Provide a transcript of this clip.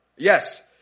Yes